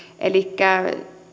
elikkä